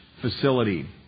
facility